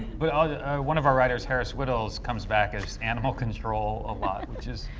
but ah yeah one of our writers, harris wittels, comes back as animal control a lot which is,